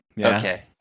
Okay